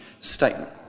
statement